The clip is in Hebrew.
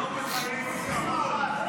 מה זה?